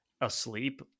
asleep